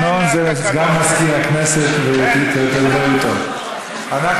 לדון בהצעת החוק היא ועדת החינוך, התרבות והספורט.